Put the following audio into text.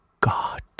God